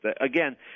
Again